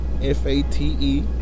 F-A-T-E